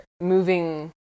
moving